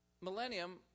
millennium